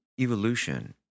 evolution